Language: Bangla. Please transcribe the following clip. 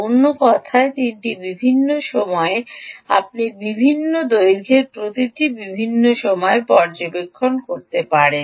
অন্য কথায় 3 বিভিন্ন সময় আপনি বিভিন্ন দৈর্ঘ্যের প্রতিটি বিভিন্ন সময়ে পর্যবেক্ষণ করতে পারেন